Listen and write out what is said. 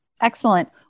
Excellent